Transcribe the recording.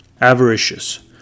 Avaricious